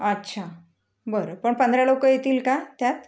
अच्छा बरं पण पंधरा लोकं येतील का त्यात